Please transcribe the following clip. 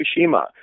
Fukushima